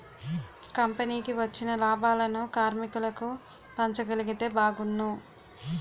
కంపెనీకి వచ్చిన లాభాలను కార్మికులకు పంచగలిగితే బాగున్ను